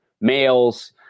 males